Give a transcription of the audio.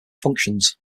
functions